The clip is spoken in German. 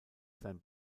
sein